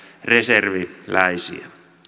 reserviläisiä